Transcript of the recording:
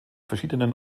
verschiedenen